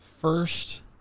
First